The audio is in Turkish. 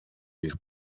bir